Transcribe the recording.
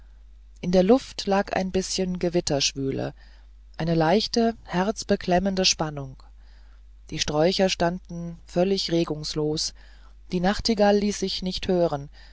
in der luft lag ein bißchen gewitterschwüle eine leichte herzbeklemmende spannung die sträucher standen völlig regungslos die nachtigall ließ sich nicht hören